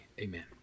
amen